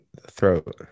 throat